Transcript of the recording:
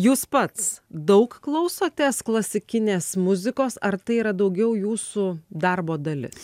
jūs pats daug klausotės klasikinės muzikos ar tai yra daugiau jūsų darbo dalis